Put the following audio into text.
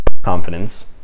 confidence